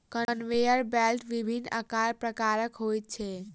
conveyor belt विभिन्न आकार प्रकारक होइत छै